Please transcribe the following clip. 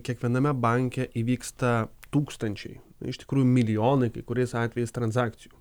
kiekviename banke įvyksta tūkstančiai iš tikrųjų milijonai kai kuriais atvejais transakcijų